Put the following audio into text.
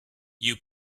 you